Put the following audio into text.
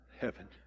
Heaven